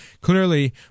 Clearly